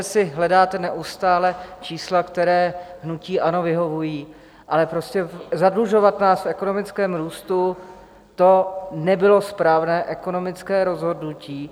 Je hezké, že si hledáte neustále čísla, která hnutí ANO vyhovují, ale prostě zadlužovat nás v ekonomickém růstu, to nebylo správné ekonomické rozhodnutí.